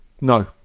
No